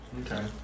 Okay